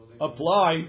apply